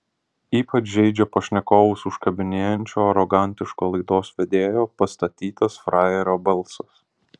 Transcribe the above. ypač žeidžia pašnekovus užkabinėjančio arogantiško laidos vedėjo pastatytas frajerio balsas